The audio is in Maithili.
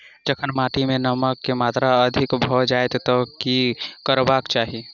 जखन माटि मे नमक कऽ मात्रा अधिक भऽ जाय तऽ की करबाक चाहि?